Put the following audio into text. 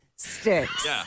Sticks